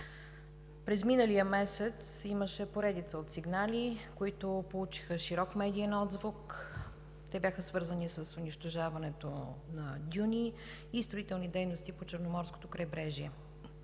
През миналия месец имаше поредица от сигнали, които получиха широк медиен отзвук. Те бяха свързани с унищожаването на дюни и строителни дейности по Черноморското крайбрежие.